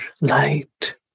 light